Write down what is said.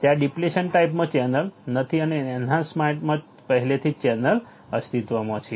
ત્યાં ડિપ્લેશન ટાઇપમાં ચેનલ નથી અને એન્હાન્સમેન્ટમાં ચેનલ પહેલેથી અસ્તિત્વમાં છે